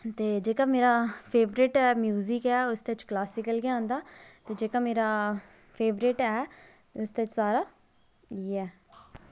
ते जेह्का मेरा फेवरेट जेह्का म्युजिक ऐ ते इसदे च क्लासिकल गै आंदा ते जेह्का मेरा फेवरेट ऐ ते इसदे च सारा इयै